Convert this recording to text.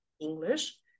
English